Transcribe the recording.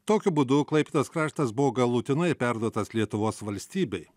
tokiu būdu klaipėdos kraštas buvo galutinai perduotas lietuvos valstybei